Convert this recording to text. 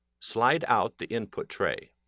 slide out the input tray.